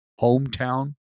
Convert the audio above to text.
hometown